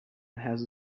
has